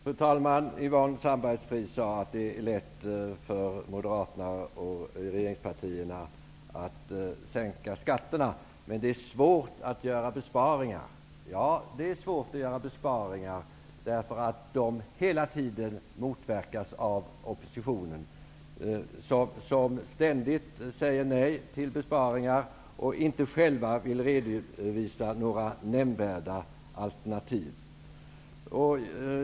Fru talman! Yvonne Sandberg-Fries sade att det är lätt för Moderaterna och de övriga regeringspartierna att sänka skatterna, men det är svårt att göra besparingar. Ja, det är svårt att göra besparingar därför att de hela tiden motverkas av oppositionspartierna, som ständigt säger nej till besparingar och inte själva vill redovisa några nämnvärda alternativ.